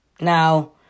Now